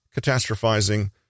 catastrophizing